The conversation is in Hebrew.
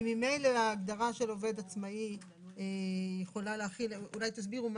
כי ממילא ההגדרה של עובד עצמאי יכולה להחיל אולי תסבירו,